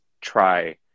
try